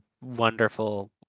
wonderful